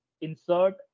insert